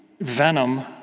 venom